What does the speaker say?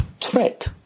threat